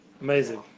Amazing